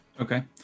Okay